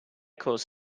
cause